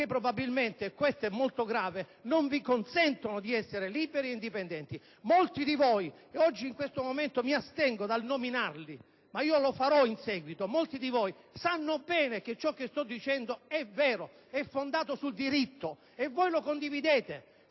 probabilmente, e questo è molto grave, non vi consentono di essere liberi e indipendenti. Molti di voi - in questo momento mi astengo dal nominarli, ma lo farò in seguito - sanno bene che ciò che sto dicendo è vero, è fondato sul diritto, e lo condividono;